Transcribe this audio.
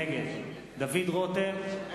נגד דוד רותם,